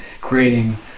creating